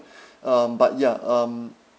um but ya um